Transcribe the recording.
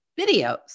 videos